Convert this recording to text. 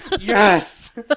Yes